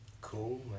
Cool